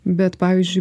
bet pavyzdžiui